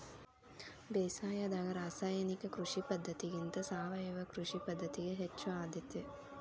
ಬೇಸಾಯದಾಗ ರಾಸಾಯನಿಕ ಕೃಷಿ ಪದ್ಧತಿಗಿಂತ ಸಾವಯವ ಕೃಷಿ ಪದ್ಧತಿಗೆ ಹೆಚ್ಚು ಆದ್ಯತೆ